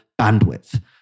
bandwidth